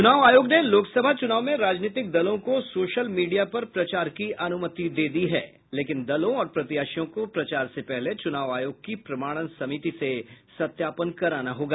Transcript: चुनाव आयोग ने लोकसभा चुनाव में राजनीतिक दलों को सोशल मीडिया पर प्रचार की अनुमति दे दी है लेकिन दलों और प्रत्याशियों को प्रचार से पहले चुनाव आयोग की प्रमाणन समिति से सत्यापन कराना होगा